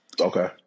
Okay